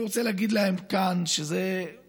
אני רוצה להגיד להם כאן: התפילה,